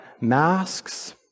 Masks